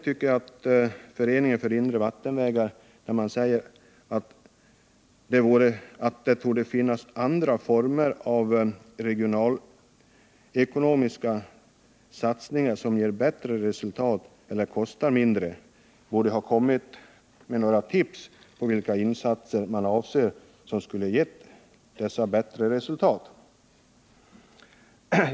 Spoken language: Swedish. När Föreningen för inre vattenvägar säger att ”det torde finnas andra former av regionalekonomiska satsningar som ger bättre resultat eller medför mindre kostnader”, borde föreningen ha kommit med några tips om de insatser som skulle ha medfört dessa bättre resultat.